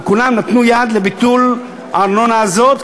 וכולם נתנו יד לביטול הארנונה הזאת.